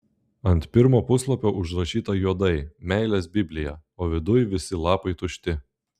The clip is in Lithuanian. ant pirmo puslapio užrašyta juodai meilės biblija o viduj visi lapai tušti